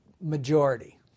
majority